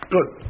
Good